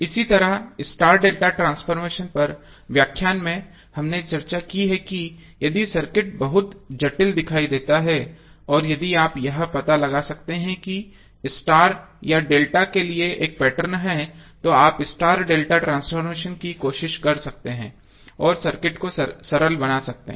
इसी तरह star delta transformation पर व्याख्यान में हमने चर्चा की कि यदि सर्किट बहुत जटिल दिखता है और यदि आप यह पता लगा सकते हैं कि स्टार या डेल्टा के लिए एक पैटर्न है तो आप स्टार डेल्टा ट्रांसफॉर्मेशन की कोशिश कर सकते हैं और सर्किट को सरल बना सकते हैं